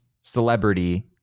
celebrity